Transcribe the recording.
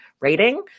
rating